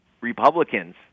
Republicans